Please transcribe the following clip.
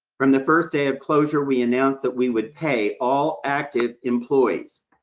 from the first day of closure, we announced that we would pay all active employees.